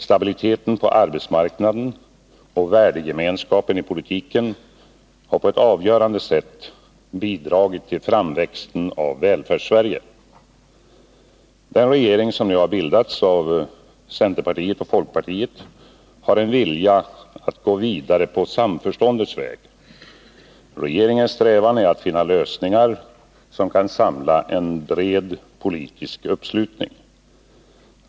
Stabiliteten på arbetsmarknaden och värdegemenskapen i politiken har på ett avgörande sätt bidragit till framväxten av Den regering som nu har bildats av centerpartiet och folkpartiet har en vilja att gå vidare på samförståndets väg. Regeringens strävan är att finna lösningar, som kan samla bred politisk uppslutning.